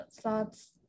thoughts